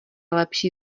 lepší